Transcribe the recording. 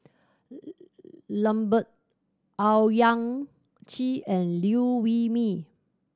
Lambert Owyang Chi and Liew Wee Mee